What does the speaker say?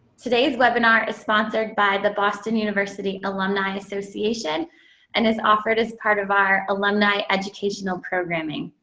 today's webinar is sponsored by the boston university alumni association and is offered as part of our alumni educational programming.